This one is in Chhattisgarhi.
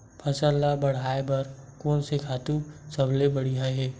फसल ला बढ़ाए बर कोन से खातु सबले बढ़िया हे?